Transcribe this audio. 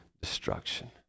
destruction